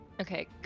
Okay